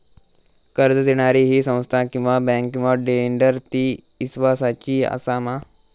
कर्ज दिणारी ही संस्था किवा बँक किवा लेंडर ती इस्वासाची आसा मा?